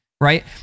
right